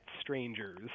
strangers